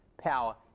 power